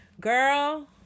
Girl